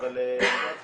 אבל אני מתאר לעצמי